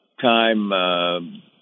time